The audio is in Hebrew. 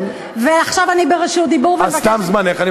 עכשיו אני ברשות דיבור, ומבקשת, אז תם זמנך.